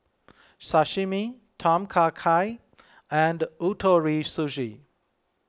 Sashimi Tom Kha Gai and Ootoro Sushi